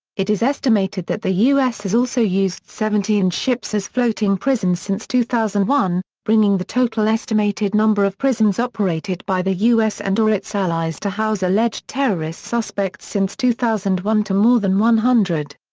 it is estimated that the u s. has also used seventeen ships as floating prisons since two thousand and one, bringing the total estimated number of prisons operated by the u s. and or its allies to house alleged terrorist suspects since two thousand and one to more than one hundred.